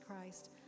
Christ